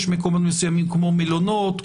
יש מקומות כמו מלונות,